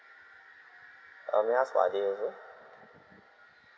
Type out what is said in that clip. uh may I ask what are they also